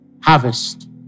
harvest